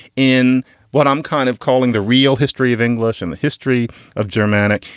in what i'm kind of calling the real history of english and the history of germanic.